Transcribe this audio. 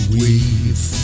weave